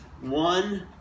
One